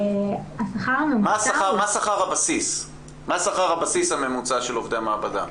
מה שכר הבסיס הממוצע של עובדי המעבדה?